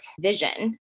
vision